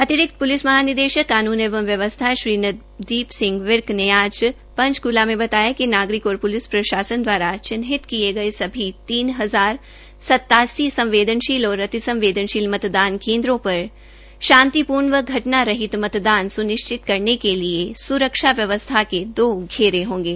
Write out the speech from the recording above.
अतिरिक्त पुलिस महॉनिदेशक कानून एवं व्यवस्था श्री नवदीप सिंह विर्क ने आज पंचकला में बताया कि नागरिक और पुलिस प्रशासन द्वारा चिन्हित किए गए सभी तीन हजार सतासी संवेदनशील और अतिसंवेदनशील मतदान केंद्रों पर शांतिपूर्ण व घटना रहित मतदान सुनिश्चित करने के लिए सुरक्षा व्यवस्था के दो घेरे होंगे